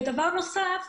ובנוסף,